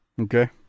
Okay